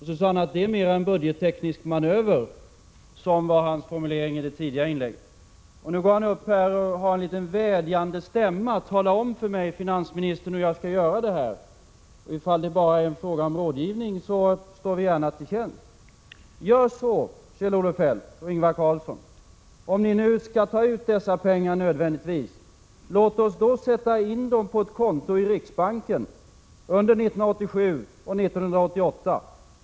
Han sade att det mer var fråga om en budgetteknisk manöver — det var hans formulering i det tidigare inlägget. Sedan går han upp i talarstolen och säger med vädjande stämma: Tala om för mig hur jag skall göra detta! Om det bara är fråga om rådgivning står vi gärna till tjänst. Om ni nu nödvändigtvis skall ta ut dessa pengar, Kjell-Olof Feldt och Ingvar Carlsson, sätt då in dem på ett konto i riksbanken under 1987 och 1988.